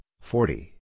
forty